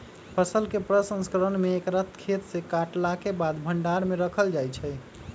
फसल के प्रसंस्करण में एकरा खेतसे काटलाके बाद भण्डार में राखल जाइ छइ